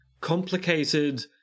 complicated